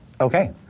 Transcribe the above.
Okay